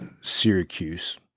Syracuse